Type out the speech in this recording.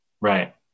Right